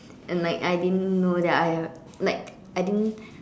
and like I didn't know that I have like I didn't